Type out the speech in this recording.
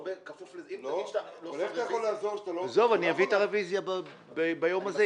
אני אביא את הרביזיה ביום הזה.